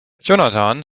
jonathan